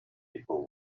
people